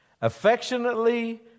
affectionately